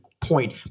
point